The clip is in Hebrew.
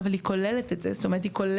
אבל היא כוללת את זה, זאת אומרת היא כוללת